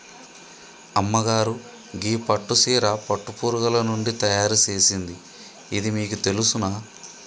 అమ్మగారు గీ పట్టు సీర పట్టు పురుగులు నుండి తయారు సేసింది ఇది మీకు తెలుసునా